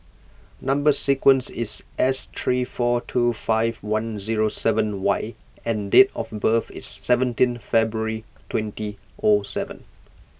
Number Sequence is S three four two five one zero seven Y and date of birth is seventeen February twenty O seven